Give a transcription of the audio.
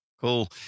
Cool